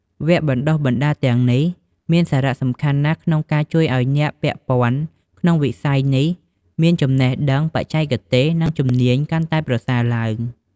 វគ្គបណ្តុះបណ្តាលទាំងនេះមានសារៈសំខាន់ណាស់ក្នុងការជួយឲ្យអ្នកពាក់ព័ន្ធក្នុងវិស័យនេះមានចំណេះដឹង បច្ចេកទេស និងជំនាញកាន់តែប្រសើរឡើង។